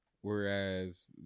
Whereas